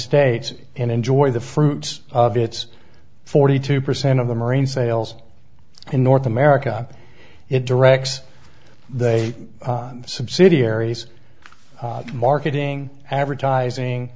states and enjoy the fruits of its forty two percent of the marine sales in north america it directs they subsidiaries marketing advertising